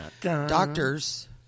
Doctors